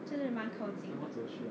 真的蛮靠近的